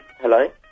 Hello